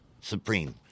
supreme